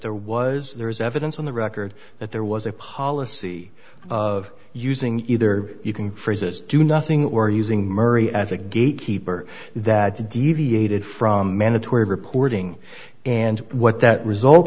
there was there is evidence on the record that there was a policy of using either you can phrases do nothing or using murray as a gatekeeper that deviated from mandatory reporting and what that result